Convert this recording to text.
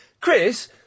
Chris